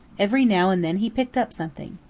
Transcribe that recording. every now and then he picked up something.